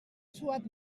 suat